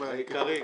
העיקריים.